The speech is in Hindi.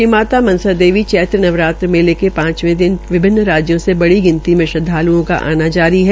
श्री माता मनसा देवी चैत्र नवरात्र मेले के पांचवे दिन विभिन्न राजयों से बड़ी गिनती में श्रदवाल्ओं का आना जारी है